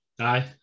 Aye